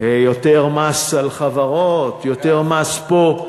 יותר מס על חברות, יותר מס פה.